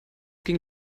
ging